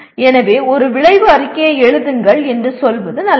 எனவே ஒரு விளைவு அறிக்கையை எழுதுங்கள் என்று சொல்வது நல்லது